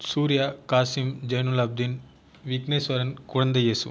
சூர்யா காசிம் ஜெனுலாப்தீன் விக்னேஸ்வரன் குழந்தை ஏசு